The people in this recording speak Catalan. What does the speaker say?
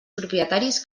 propietaris